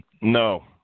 No